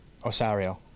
osario